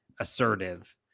Assertive